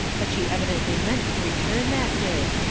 but she evidently meant to return that day.